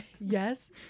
Yes